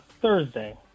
Thursday